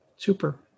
Super